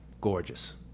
Gorgeous